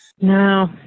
No